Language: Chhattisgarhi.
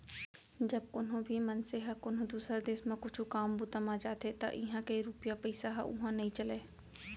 जब कोनो भी मनसे ह कोनो दुसर देस म कुछु काम बूता म जाथे त इहां के रूपिया पइसा ह उहां नइ चलय